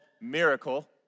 Miracle